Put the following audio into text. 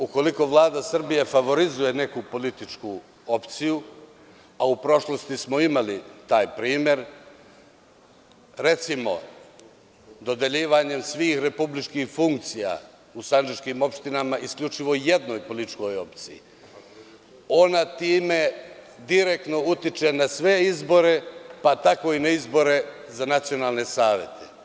Ukoliko Vlada Srbije favorizuje neku političku opciju, a u prošlosti smo imali taj primer, recimo dodeljivanjem svih republičkih funkcija u Sandžačkim opštinama isključivo jednoj političkoj opciji, ona time direktno utiče na sve izbore, pa tako i na izbore za nacionalne savete.